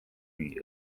nii